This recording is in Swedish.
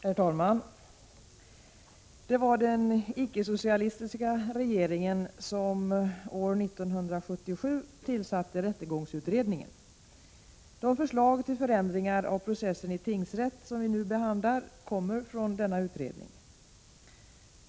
Herr talman! Det var den icke-socialistiska regeringen som år 1977 tillsatte rättegångsutredningen. De förslag till förändringar av processen i tingsrätt 147 som vi nu behandlar kommer från denna utredning.